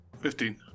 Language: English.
Fifteen